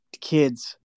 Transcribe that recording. kids